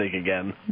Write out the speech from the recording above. again